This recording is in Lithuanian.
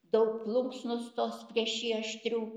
daug plunksnų stos prieš jį aštrių